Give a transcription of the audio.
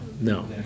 No